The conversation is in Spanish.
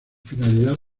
finalidad